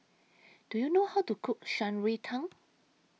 Do YOU know How to Cook Shan Rui Tang